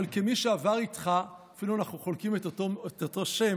אבל כמי שעבר איתך, אנחנו אפילו חולקים את אותו שם,